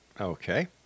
Okay